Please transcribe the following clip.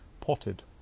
potted